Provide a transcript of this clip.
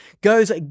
goes